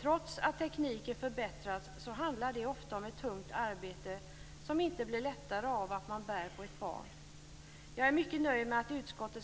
Trots att tekniken har förbättrats handlar det ofta om ett tungt arbete som inte blir lättare av att man bär på ett barn. Jag är mycket nöjd med att en